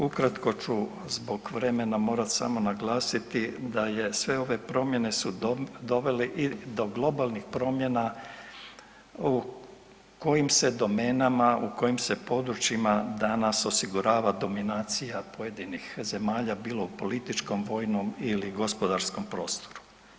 Ukratko ću zbog vremena morati samo naglasiti da je sve ove promjene su dovele i do globalnih promjena u kojim se domenama, u kojim se područjima danas osigurava dominacija pojedinih zemalja, bilo u političkom, vojnom ili gospodarskom prostoru.